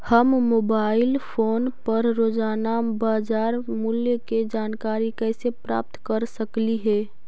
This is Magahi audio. हम मोबाईल फोन पर रोजाना बाजार मूल्य के जानकारी कैसे प्राप्त कर सकली हे?